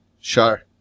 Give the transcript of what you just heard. Sure